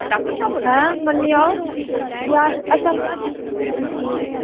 हैं मन्नी जाओ फ्ही अस अच्छा